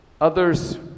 Others